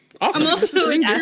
awesome